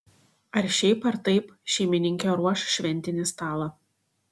ar šiaip ar taip šeimininkė ruoš šventinį stalą